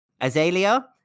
Azalea